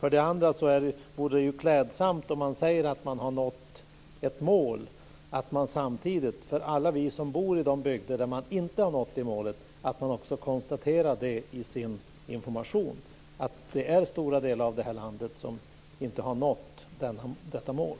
Sedan vore det klädsamt om man samtidigt som man säger att man har nått ett mål konstaterade att det finns bygder där det målet inte har nåtts. Det är stora delar av det här landet där man inte har nått detta mål.